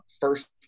first